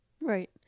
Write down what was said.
right